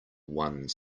one